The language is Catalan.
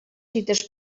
dites